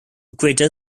greater